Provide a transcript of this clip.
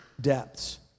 depths